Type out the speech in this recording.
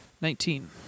Nineteen